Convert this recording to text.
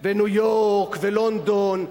וניו-יורק ולונדון.